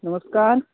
नमस्कार